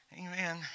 Amen